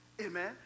Amen